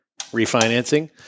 refinancing